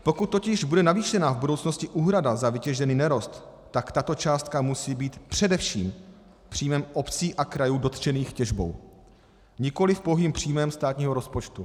Pokud totiž bude navýšena v budoucnosti úhrada za vytěžený nerost, tak tato částka musí být především příjmem obcí a krajů dotčených těžbou, nikoliv pouhým příjmem státního rozpočtu.